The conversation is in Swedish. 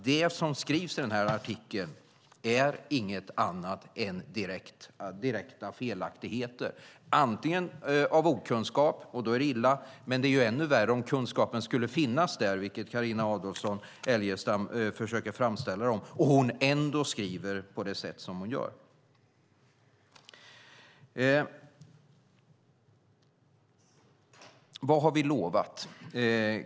Det som skrivs i den här artikeln är inget annat än direkta felaktigheter, antingen av okunskap, och då är det illa, men det är ännu värre om kunskapen skulle finnas där, vilket Carina Adolfsson Elgestam försöker framställa det som, och hon ändå skriver på det sätt som hon gör. Vad har vi lovat?